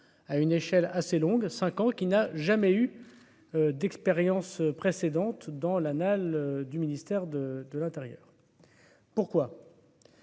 à une échelle assez longue, 5 ans, qui n'a jamais eu d'expériences précédentes dans l'annal du ministère de l'Intérieur, pourquoi,